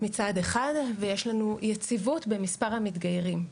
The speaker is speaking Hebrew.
מצד אחד, ויש לנו יציבות במספר המתגיירים.